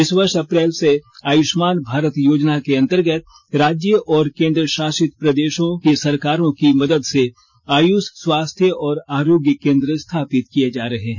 इस वर्ष अप्रैल से आयुष्मान भारत योजना के अंतर्गत राज्य और केन्द्र शासित प्रदेशों की सरकारों की मदद से आयुष स्वास्थ्य और आरोग्य केंद्र स्थापित किए जा रहे हैं